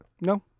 no